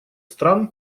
стран